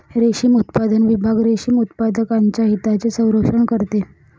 रेशीम उत्पादन विभाग रेशीम उत्पादकांच्या हितांचे संरक्षण करते